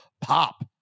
pop